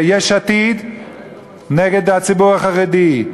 יש עתיד נגד הציבור החרדי,